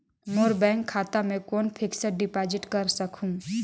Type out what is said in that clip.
मोर bank खाता मे कौन फिक्स्ड डिपॉजिट कर सकहुं?